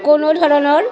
কোনো ধৰণৰ